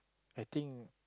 I think